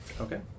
Okay